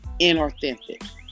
inauthentic